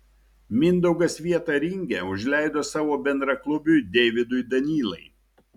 mindaugas vietą ringe užleido savo bendraklubiui deividui danylai